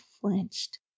flinched